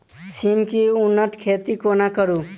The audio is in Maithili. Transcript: सिम केँ उन्नत खेती कोना करू?